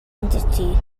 entity